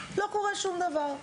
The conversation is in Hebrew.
אז לא קורה שום דבר.